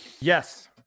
Yes